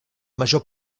major